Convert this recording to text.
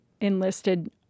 enlisted